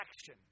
action